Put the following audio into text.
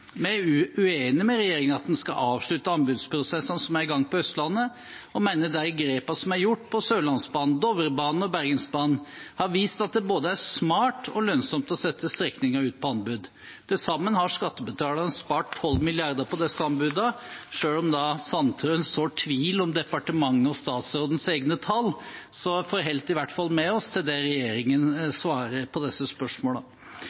Vi er uenig med regjeringen i at en skal avslutte anbudsprosessene som er i gang på Østlandet, og mener de grepene som er gjort på Sørlandsbanen, Dovrebanen og Bergensbanen, har vist at det både er smart og lønnsomt å sette strekninger ut på anbud. Til sammen har skattebetalerne spart 12 mrd. kr på disse anbudene. Selv om Nils Kristen Sandtrøen sår tvil om departementets og statsrådens egne tall, forholdt i hvert fall vi oss til det regjeringen